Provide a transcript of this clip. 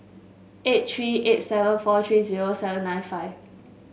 eight three eight seven four three zero seven nine five